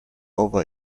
over